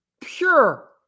pure